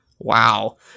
wow